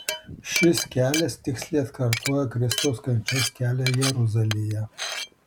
šis kelias tiksliai atkartoja kristaus kančios kelią jeruzalėje